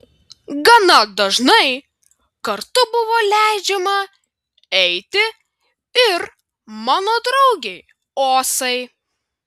gana dažnai kartu buvo leidžiama eiti ir mano draugei osai